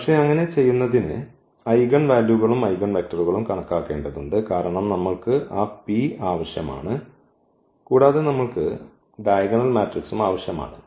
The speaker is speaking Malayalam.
പക്ഷേ അങ്ങനെ ചെയ്യുന്നതിന് ഐഗൻ വാല്യൂകളും ഐഗൻവെക്ടറുകളും കണക്കാക്കേണ്ടതുണ്ട് കാരണം നമ്മൾക്ക് ആ P ആവശ്യമാണ് കൂടാതെ നമ്മൾക്ക് ആ ഡയഗണൽ മാട്രിക്സും ആവശ്യമാണ്